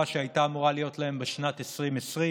שהייתה אמורה להיות להם בשנת 2020,